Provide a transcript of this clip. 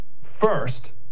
first